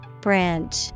Branch